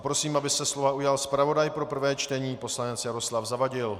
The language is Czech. Prosím, aby se slova ujal zpravodaj pro prvé čtení poslanec Jaroslav Zavadil.